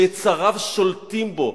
שיצריו שולטים בו,